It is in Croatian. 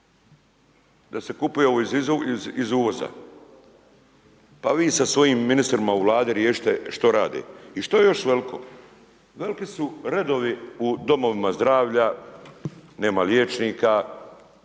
da se kupuje iz uvoza. Pa vi sa svojim ministrima u Vladi riješite što rade. I što je još veliko? Veliki su redovi u domovima zdravlja, nema liječnika.